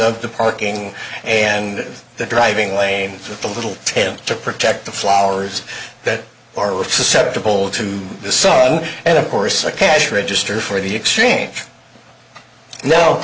of the parking and the driving lanes of the little tail to protect the flowers that are were susceptible to the sun and of course a cash register for the exchange no